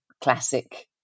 classic